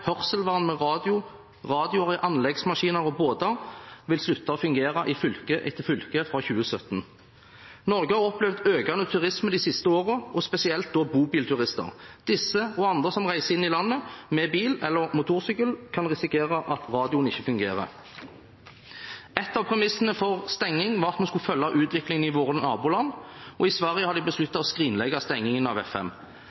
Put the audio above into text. med radio, radioer i anleggsmaskiner og i båter vil slutte å fungere i fylke etter fylke fra 2017. Norge har opplevd økende turisme de siste årene, spesielt bobilturister. Disse, og andre som reiser inn i landet med bil eller motorsykkel, kan risikere at radioen ikke fungerer. Et av premissene for stenging var at vi skulle følge utviklingen i våre naboland, og i Sverige har de